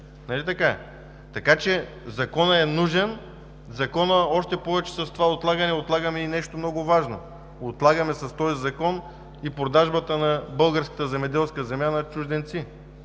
Така че Законът е нужен, още повече с това отлагане, отлагаме и нещо много важно. С този закон отлагаме и продажбата на българската земеделска земя на чужденци.